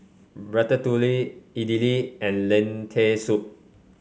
Ratatouille Idili and Lentil Soup